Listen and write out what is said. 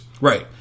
right